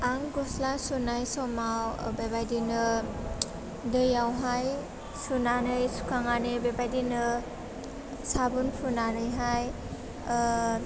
आं गस्ला सुनाय समाव बेबायदिनो दैयावहाइ सुनानै सुखांनानै बेबायदिनो साबोन फुनानैहाइ ओह